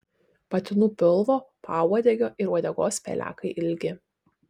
patinų pilvo pauodegio ir uodegos pelekai ilgi